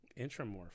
Intramorph